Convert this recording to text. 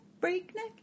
breakneck